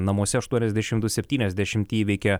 namuose aštuoniasdešim du septyniasdešimt įveikė